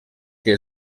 que